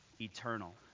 eternal